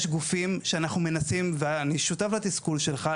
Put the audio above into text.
יש גופים שאנחנו מנסים ואני שותף לתסכול שלך,